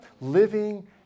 Living